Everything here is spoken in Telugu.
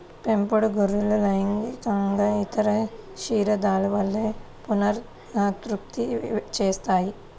పెంపుడు గొర్రెలు లైంగికంగా ఇతర క్షీరదాల వలె పునరుత్పత్తి చేస్తాయి